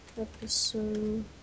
Episode